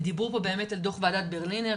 דיברו פה על דוח ועדת ברלינר,